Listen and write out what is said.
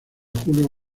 julio